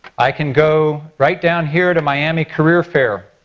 i can go right down here to miami career fair.